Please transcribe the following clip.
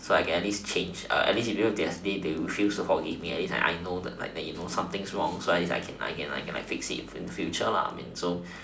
so I can at least change at least if you want to get stay they will sure forgive me at least I know like you know that got something wrong so like I can I can I can like fix it in future so